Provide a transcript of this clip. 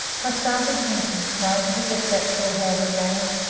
i started drinking, trying to forget that port albert man,